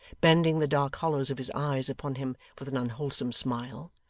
bending the dark hollows of his eyes upon him with an unwholesome smile,